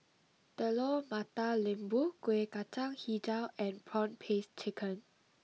Telur Mata Lembu Kuih Kacang HiJau and Prawn Paste Chicken